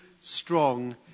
strong